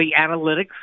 analytics